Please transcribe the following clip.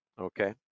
okay